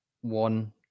one